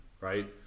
right